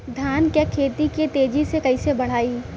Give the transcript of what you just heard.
धान क खेती के तेजी से कइसे बढ़ाई?